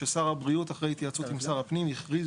ששר הבריאות אחרי התייעצות עם שר הפנים הכריז